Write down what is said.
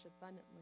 abundantly